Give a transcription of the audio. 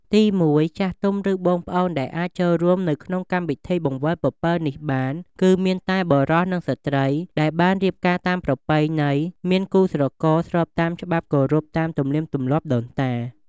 ទីមួយ ចាស់ទុំ ឬបងប្អូន ដែលអាចចូលរួមនៅក្នុងពិធីបង្វិលពពិលនេះបាន គឺមានតែបុរស និងស្រី្តដែលបានរៀបការតាមប្រពៃណីមានគូស្រករស្របតាមច្បាប់គោរពតាមទំនៀមទម្លាប់ដូនតា ។